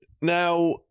now